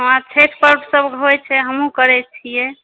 हाँ छठि पर्व सब होइ छै हमहुँ करै छियै